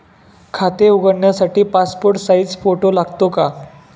खाते उघडण्यासाठी passport size photo लागतो का?